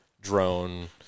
drone